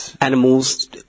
animals